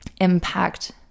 impact